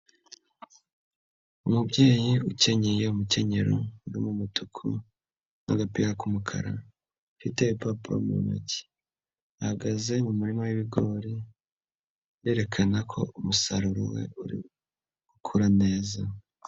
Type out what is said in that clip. Umubyeyi ukenyeye umukenyero urimo umutuku n'agapira k'umukara, ufite ibipapuro mu ntoki. Ahagaze mu murima w'ibigori, yerekana ko umusaruro we uri gukura neza.